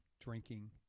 drinking